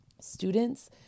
Students